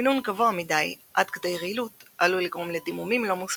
מינון גבוה מדי עד כדי רעילות עלול לגרום לדימומים לא מוסברים,